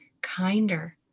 kinder